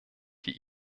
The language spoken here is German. die